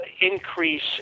increase